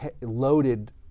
loaded